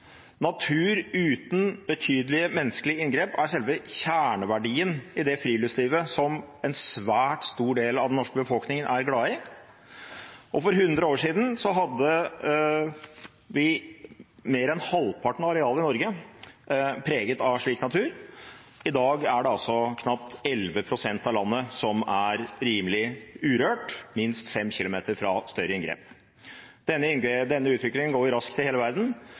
Natur uten betydelige menneskelige inngrep er selve kjerneverdien i det friluftslivet som en svært stor del av den norske befolkningen er glad i. For 100 år siden var mer enn halvparten av arealet i Norge preget av slik natur. I dag er det knapt 11 pst. av landet som er rimelig urørt – minst 5 km fra større inngrep. Denne utviklingen går raskt i hele verden.